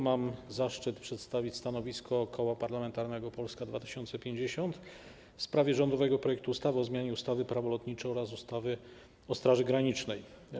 Mam zaszczyt przedstawić stanowisko Koła Parlamentarnego Polska 2050 w sprawie rządowego projektu ustawy o zmianie ustawy - Prawo lotnicze oraz ustawy o Straży Granicznej.